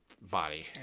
body